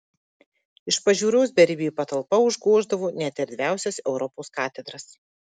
iš pažiūros beribė patalpa užgoždavo net erdviausias europos katedras